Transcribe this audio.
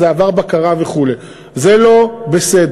זה עבר בקרה וכו'; זה לא בסדר.